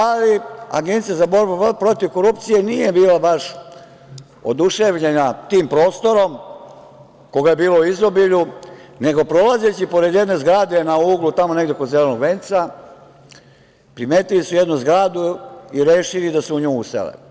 Ali, Agencija za borbu protiv korupcije nije bila baš oduševljena tim prostorom koga je bilo u izobilju, nego prolazeći pored jedne zgrade na uglu, tamo negde kod Zelenog venca, primetili su jednu zgradu i rešili da se u nju usele.